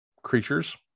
creatures